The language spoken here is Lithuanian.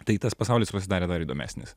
tai tas pasaulis pasidarė dar įdomesnis